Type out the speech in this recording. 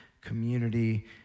community